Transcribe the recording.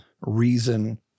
reason